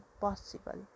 possible